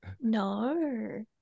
No